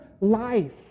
life